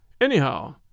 Anyhow